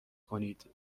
کنید